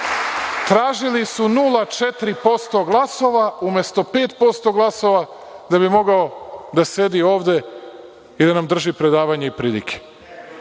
Tražili su 0,4% glasova umesto 5% glasova da bi mogao da sedi ovde i da nam drži predavanja i pridike. Svakog